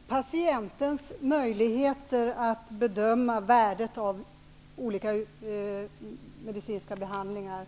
Herr talman! Patientens möjligheter att bedöma värdet av olika medicinska behandlingar